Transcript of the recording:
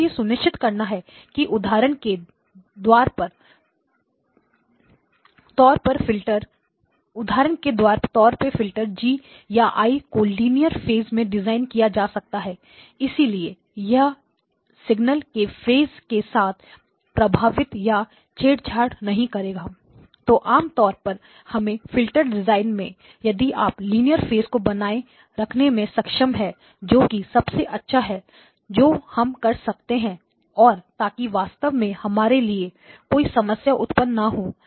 आपको यह सुनिश्चित करना है कि उदाहरण के द्वार पर तौर पर फिल्टर G या I को लीनियर फेस में डिज़ाइन किया जा सकता है इसलिए यह यह सिग्नल के फेस के साथ प्रभावित या छेड़छाड़ नहीं करेगा तो आमतौर पर हमारे फ़िल्टर डिज़ाइनों में यदि आप लीनियर फेस को बनाए रखने में सक्षम हैं जो कि सबसे अच्छा है जो हम कर सकते हैं और ताकि वास्तव में हमारे लिए कोई समस्या उत्पन्न न हो